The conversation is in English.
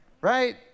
Right